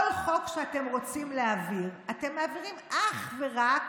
כל חוק שאתם רוצים להעביר אתם מעבירים אך ורק